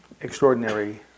extraordinary